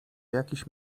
jakiś